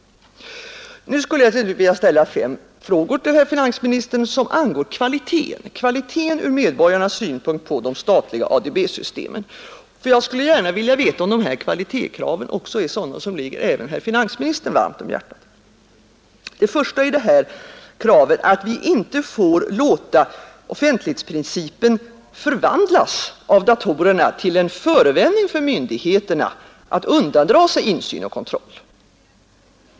Jag vill därför till slut anföra fem punkter som angår kvaliteten — från medborgarnas synpunkt — på de statliga ADB-systemen, och jag vill gärna veta om de kvalitetskrav som jag här ställer upp även ligger herr finansministern varmt om hjärtat. 1. Vi får inte låta offentlighetsprincipen förvandlas av datorerna till en förevändning för myndigheterna att undandra sig insyn och kontroll.